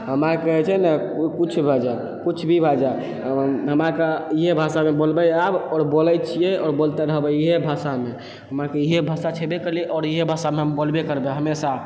हमरा आरके जे छै ने किछु भऽ जाइ किछु भी भऽ जाइ हमरा आरके इएह भाषामे बोलबै आब आओर बोलै छियै आओर बोलतै रहबै इएह भाषामे हमरा आरके इएह भाषा छेबै करलै आओर इएह भाषामे हम बोलबै करबै हमेशा